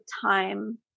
time